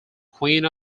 queen